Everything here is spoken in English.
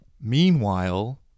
Meanwhile